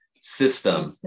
system